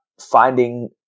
finding